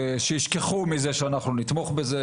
שישכחו מזה שאנחנו נתמוך בזה,